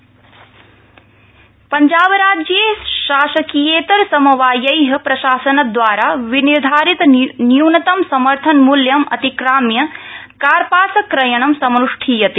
Punjab MSP पञ्जाबराज्ये शासकीयेतर समवायै प्रशासनद्वारा विनिर्धारित न्यूनतम समर्थन मूल्यं अतिक्राम्य कार्पास क्रयणं समनुष्ठीयते